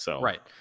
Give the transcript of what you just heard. Right